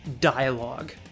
dialogue